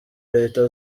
leta